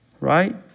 right